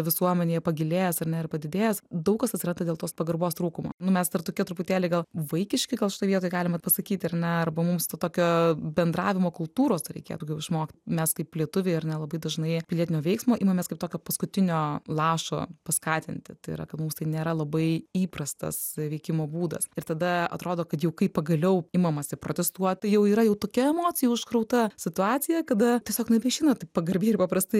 visuomenėje pagilėjęs ar ne ir padidėjęs daug kas atsiranda dėl tos pagarbos trūkumo nu mes dar tokie truputėlį gal vaikiški gal šitoj vietoj galima ir pasakyti ar ne arba mums to tokio bendravimo kultūros reikėtų išmokt mes kaip lietuviai ar ne labai dažnai pilietinio veiksmo imamės kaip tokio paskutinio lašo paskatinti tai yra kad mums tai nėra labai įprastas veikimo būdas ir tada atrodo kad jau kai pagaliau imamasi protestuot tai jau yra jau tokia emocijų užkrauta situacija kada tiesiog nebeišeina taip pagarbiai ir paprastai